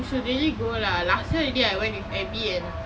we should really go lah last year already I went with abby and